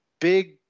big